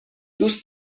دوست